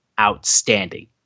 outstanding